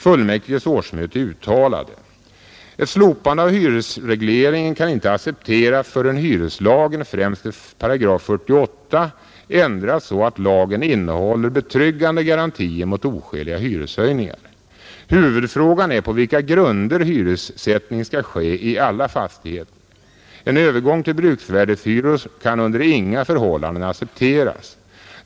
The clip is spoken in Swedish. Fullmäktiges årsmöte uttalade: ”Ett slopande av hyresregleringen kan inte accepteras förrän hyreslagen — främst dess § 48 — ändrats så att lagen innehåller betryggande garantier mot oskäliga hyreshöjningar. Huvudfrågan är på vilka grunder hyressättningen skall ske i alla fastigheter. En övergång till bruksvärdeshyror kan under inga förhållanden accepteras.